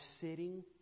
sitting